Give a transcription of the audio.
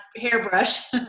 hairbrush